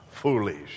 Foolish